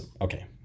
Okay